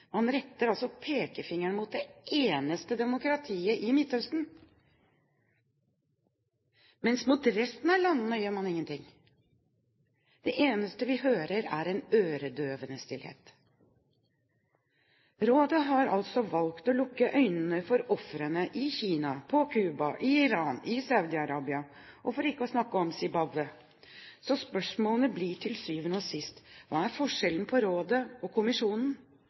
Man retter altså pekefingeren mot det eneste demokratiet i Midtøsten, mens man overfor resten av landene gjør ingenting. Det eneste vi hører, er en øredøvende stillhet. Rådet har altså valgt å lukke øynene for ofrene i Kina, på Cuba, i Iran, i Saudi-Arabia, for ikke å snakke om i Zimbabwe. Så spørsmålet blir til syvende og sist: Hva er forskjellen på rådet og kommisjonen,